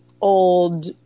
old